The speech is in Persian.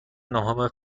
نهم